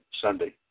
Sunday